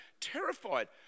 Terrified